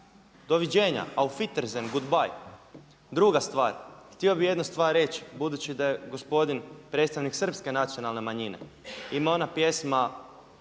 doviđenja, aufwiedersen, goodbye. Druga stvar, htio bih jednu stvar reći budući da je gospodin predstavnik srpske nacionalne manjine ima ona pjesma